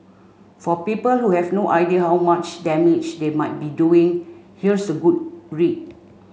for people who have no idea how much damage they might be doing here's a good read